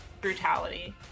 brutality